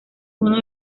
uno